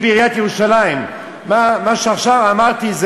עוד כשהייתי בעיריית ירושלים,